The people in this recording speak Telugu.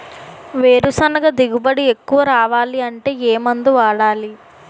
వేరుసెనగ దిగుబడి ఎక్కువ రావాలి అంటే ఏ మందు వాడాలి?